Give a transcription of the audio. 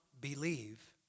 believe